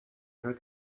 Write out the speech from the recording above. her